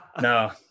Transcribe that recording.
No